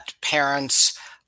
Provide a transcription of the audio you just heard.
parents